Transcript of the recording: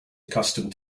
accustomed